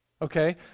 Okay